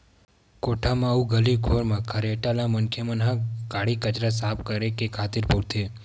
कोठा म अउ गली खोर म खरेटा ल मनखे मन ह काड़ी कचरा ल साफ करे खातिर बउरथे